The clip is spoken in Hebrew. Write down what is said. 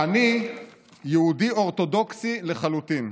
"אני יהודי אורתודוקסי לחלוטין.